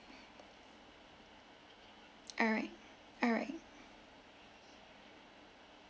alright alright